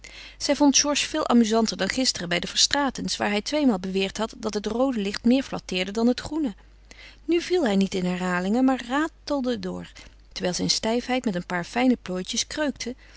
zij vond georges veel amuzanter dan gisteren bij de verstraetens waar hij tweemaal beweerd had dat het roode licht meer flatteerde dan het groene nu viel hij niet in herhalingen maar ratelde door terwijl zijn stijfheid met een paar fijne plooitjes kreukte